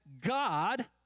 God